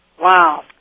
Wow